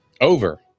Over